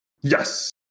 Yes